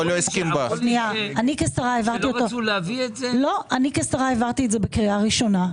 אני, כשרה, העברתי אותו בקריאה ראשונה.